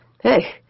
Hey